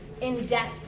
in-depth